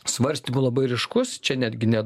svarstymų labai ryškus čia netgi ne